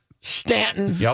Stanton